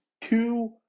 two